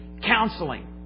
counseling